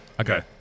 Okay